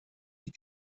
die